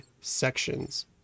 sections